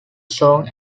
song